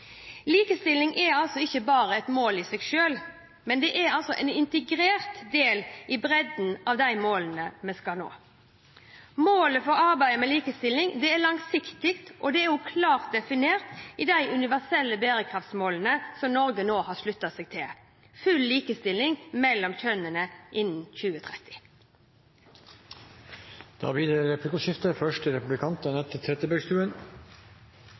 Likestilling er ikke bare et mål i seg selv, men en integrert del i bredden av de målene vi skal nå. Målet for arbeidet med likestilling er langsiktig og klart definert i de universelle bærekraftmålene som Norge nå har sluttet seg til: full likestilling mellom kjønnene innen 2030. Det blir replikkordskifte.